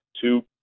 two